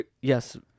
Yes